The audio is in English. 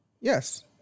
Yes